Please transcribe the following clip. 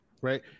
right